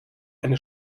eine